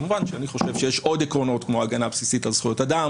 כמובן שאני חושב שיש עוד עקרונות כמו הגנה בסיסית על זכויות אד,